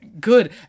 good